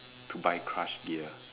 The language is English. to buy crush gear